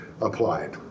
applied